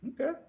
Okay